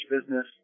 business